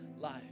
life